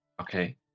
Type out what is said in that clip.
Okay